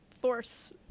force